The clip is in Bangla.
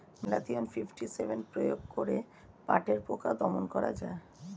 ম্যালাথিয়ন ফিফটি সেভেন প্রয়োগ করে পাটের পোকা দমন করা যায়?